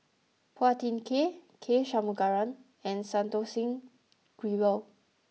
Phua Thin Kiay K Shanmugam and Santokh Singh Grewal